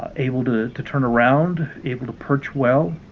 ah able to to turn around, able to perch well